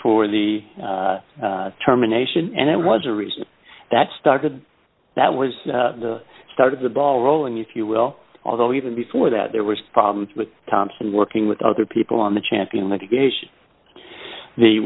the terminations and it was a reason that started that was the start of the ball rolling if you will although even before that there was problems with thompson working with other people on the champion